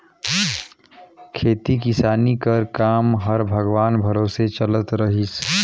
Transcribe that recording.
खेती किसानी कर काम हर भगवान भरोसे चलत रहिस